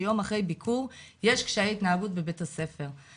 יום אחרי ביקור יש קשיי התנהגות בבית הספר,